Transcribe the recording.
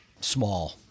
small